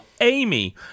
Amy